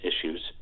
issues